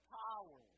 power